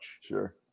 Sure